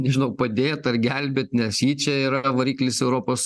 nežinau padėt ar gelbėt nes ji čia yra variklis europos